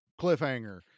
cliffhanger